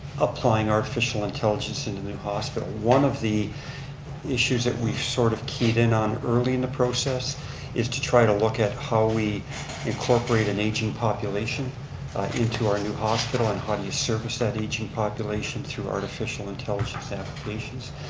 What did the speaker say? applying artificial intelligence into the hospital. one of the issues that we've sort of keyed in on early in the process is to try to look at how we incorporate an aging population into our new hospital and how do you service that aging population through artificial intelligence applications.